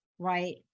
Right